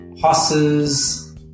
horses